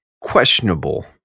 questionable